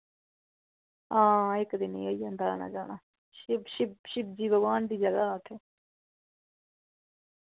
हां इक दिनै च होई जंदा आना जाना शिव शिव शिव जी भगवान दी जगह ऐ उत्थै